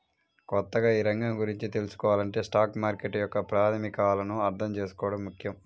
కొత్తగా ఈ రంగం గురించి తెల్సుకోవాలంటే స్టాక్ మార్కెట్ యొక్క ప్రాథమికాలను అర్థం చేసుకోవడం ముఖ్యం